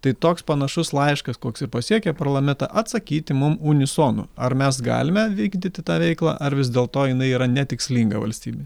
tai toks panašus laiškas koks ir pasiekė parlamentą atsakyti mums unisonu ar mes galime vykdyti tą veiklą ar vis dėl to jinai yra netikslinga valstybei